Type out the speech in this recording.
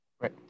Right